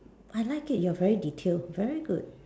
I like it you're very detailed very good